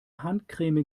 handcreme